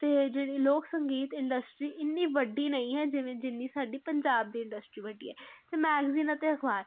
ਅਤੇ ਜਿਹੜੀ ਲੋਕ ਸੰਗੀਤ ਇੰਡਸਟਰੀ ਇੰਨੀ ਵੱਡੀ ਨਹੀਂ ਹੈ ਜਿਵੇਂ ਜਿੰਨੀ ਸਾਡੀ ਪੰਜਾਬ ਦੀ ਇੰਡਸਟਰੀ ਵੱਡੀ ਹੈ ਅਤੇ ਮੈਗਜ਼ੀਨ ਅਤੇ ਅਖ਼ਬਾਰ